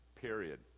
Period